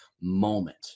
moment